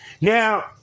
Now